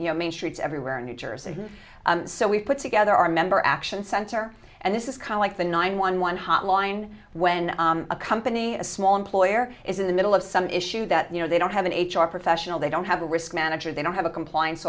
you know main streets everywhere in new jersey so we put together our member action center and this is caught like the nine one one hotline when a company a small employer is in the middle of some issue that you know they don't have an h r professional they don't have a risk manager they don't have a compliance